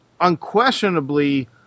unquestionably